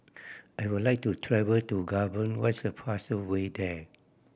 I would like to travel to Gabon what's the fastest way there